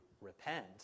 repent